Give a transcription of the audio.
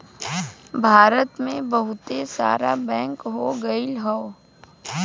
भारत मे बहुते सारा बैंक हो गइल हौ